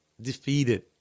defeated